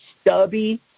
stubby